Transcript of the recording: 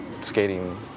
skating